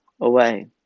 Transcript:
away